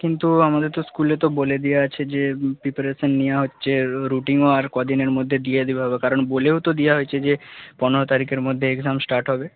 কিন্তু আমাদের তো স্কুলে তো বলে দেওয়া আছে যে প্রিপারেশান নেওয়া হচ্ছে রুটিনও আর কদিনের মধ্যে দিয়ে দেওয়া হবে কারণ বলেও তো দেওয়া হয়েছে যে পনেরো তারিখের মধ্যে এক্সাম স্টার্ট হবে